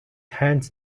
hands